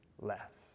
less